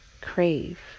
crave